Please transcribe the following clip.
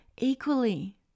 equally